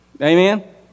Amen